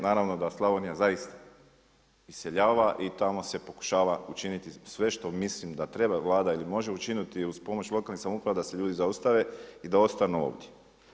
Naravno da Slavonija zaista iseljava i tamo se pokušava učiniti sve što mislim da treba Vlada ili može učiniti uz pomoć lokalnih samouprava da se ljudi zaustave i da ostanu ovdje.